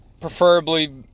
preferably